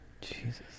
Jesus